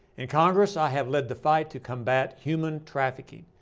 in congress, i have led the fight to combat human trafficking.